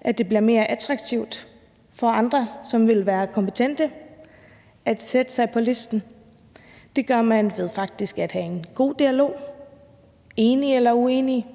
at det bliver mere attraktivt for andre, som ville være kompetente, at sætte sig på listen. Det gør man faktisk ved at have en god dialog – enig eller uenig